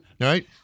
right